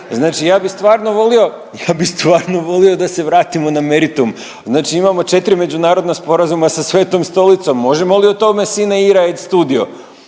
volio, ja bi stvarno volio da se vratimo na meritum. Znači imamo četiri međunarodna sporazuma sa Svetom Stolicom možemo li i o tome sine ira et studio.